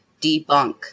debunk